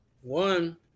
One